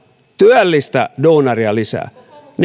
työllistä duunaria lisää joten